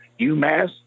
UMass